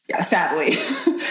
Sadly